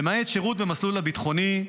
למעט שירות במסלול הביטחוני,